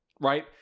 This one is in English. right